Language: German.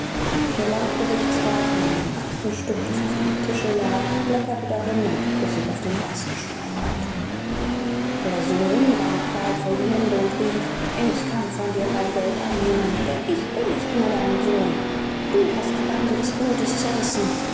der landgerichtsrat nahm ein aktenstück das auf dem tische lag blätterte darin und biß sich auf den weißen schnurrbart der sohn rang qualvoll die hände und rief ich kann von dir kein geld annehmen denn ich bin nicht mehr dein sohn du hast die bande des bluts zerrissen